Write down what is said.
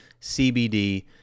cbd